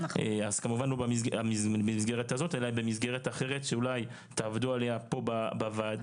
אז כמובן לא במסגרת הזאת אלא במסגרת אחרת שאולי תעבדו עליה פה בוועדה,